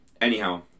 Anyhow